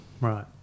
Right